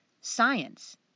science